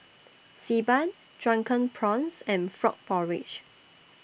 Xi Ban Drunken Prawns and Frog Porridge